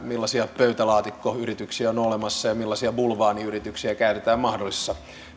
millaisia pöytälaatikkoyrityksiä on on olemassa ja millaisia bulvaaniyrityksiä käytetään mahdollisissa